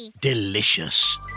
Delicious